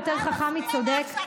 יותר חכם מצודק,